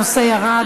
הנושא ירד